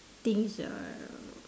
things ah